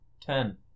Ten